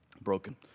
broken